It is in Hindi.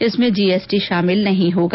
इसमें जीएसटी शामिल नहीं होगा